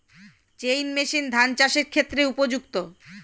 Chain machine ধান চাষের ক্ষেত্রে উপযুক্ত?